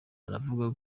aravuga